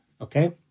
okay